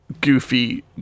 Goofy